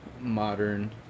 modern